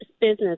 business